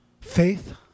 faith